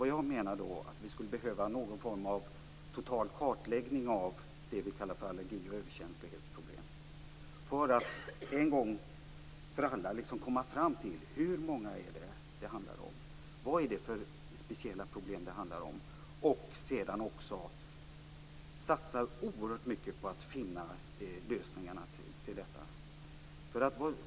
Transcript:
Vad jag menar är att vi skulle behöva någon form av total kartläggning av det vi kallar allergi och överkänslighetsproblem, för att en gång för alla komma fram till hur många det handlar om, vilka speciella problem det handlar om och sedan också satsa oerhört mycket på att finna lösningarna på detta.